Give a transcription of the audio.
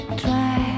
try